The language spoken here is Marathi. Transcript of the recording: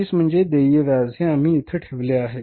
1120 म्हणजे देय व्याज हे आम्ही येथे ठेवले आहे